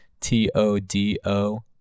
T-O-D-O